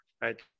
right